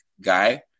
guy